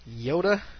Yoda